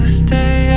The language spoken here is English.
stay